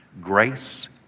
Grace